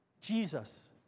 Jesus